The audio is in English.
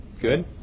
Good